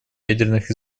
ядерных